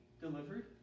delivered